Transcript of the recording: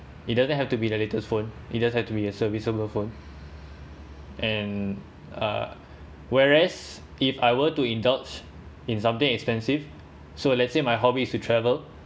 it doesn't have to be the latest phone it just have to be a serviceable phone and uh whereas if I were to indulge in something expensive so let's say my hobby is to travel